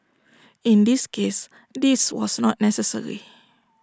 in this case this was not necessary